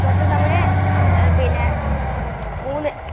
മൊത്തം നമ്മള് പിന്നെ മൂന്ന്